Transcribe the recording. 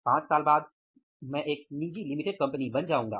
पांच साल बाद मैं एक निजी लिमिटेड कंपनी बन जाऊंगा